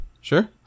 Sure